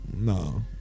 No